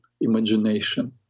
imagination